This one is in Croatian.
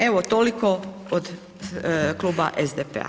Evo toliko od kluba SDP-a.